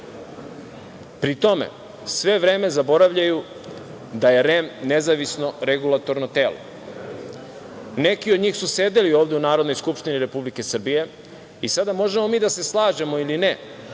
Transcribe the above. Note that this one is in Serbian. Pri tome, sve vreme zaboravljaju da je REM nezavisno regulatorno telo. Neki od njih su sedeli ovde u Narodnoj skupštini Republike Srbije, i sada možemo mi da se slažemo ili ne